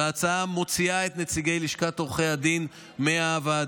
וההצעה מוציאה את נציגי לשכת עורכי הדין מהוועדה.